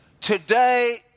today